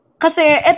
Kasi